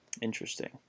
Interesting